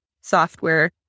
software